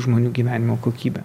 žmonių gyvenimo kokybę